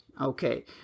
Okay